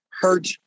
hurt